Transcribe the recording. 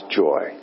joy